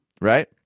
Right